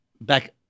back